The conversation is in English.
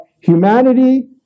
humanity